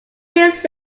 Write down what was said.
this